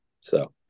So-